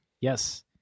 Yes